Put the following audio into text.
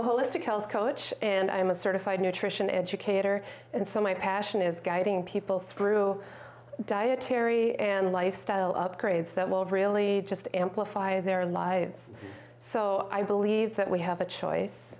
a holistic health coach and i am a certified nutrition educator and so my passion is guiding people through dietary and lifestyle upgrades that will really just amplify their lives so i believe that we have a choice